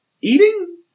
eating